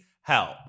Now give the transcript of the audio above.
help